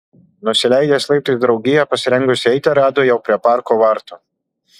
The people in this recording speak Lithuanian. nusileidęs laiptais draugiją pasirengusią eiti rado jau prie parko vartų